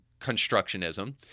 constructionism